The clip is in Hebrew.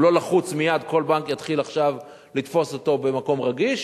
הוא לא לחוץ ומייד כל בנק יתחיל עכשיו לתפוס אותו במקום רגיש.